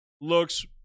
looks